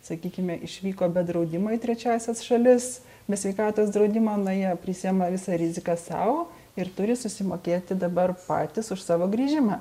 sakykime išvyko be draudimo į trečiąsias šalis be sveikatos draudimo na jie prisiima visą riziką sau ir turi susimokėti dabar patys už savo grįžimą